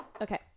Okay